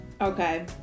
Okay